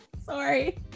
Sorry